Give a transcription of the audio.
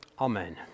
amen